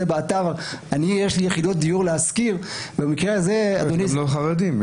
באתר: יש לי יחידות דיור להשכיר --- יש גם חרדים.